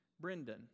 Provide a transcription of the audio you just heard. Brendan